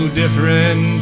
different